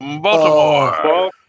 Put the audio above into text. Baltimore